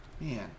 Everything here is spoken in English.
Man